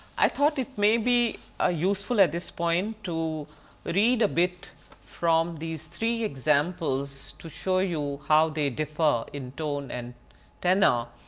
i thought it may be ah useful at this point to read a bit from these three examples to show you how they differ in tone and tenor.